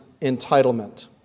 entitlement